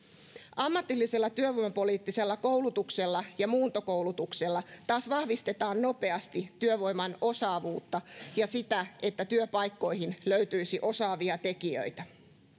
ammatillisella työvoimapoliittisella koulutuksella ja muuntokoulutuksella taas vahvistetaan nopeasti työvoiman osaavuutta ja sitä että työpaikkoihin löytyisi osaavia tekijöitä